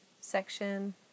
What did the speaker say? section